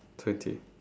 twenty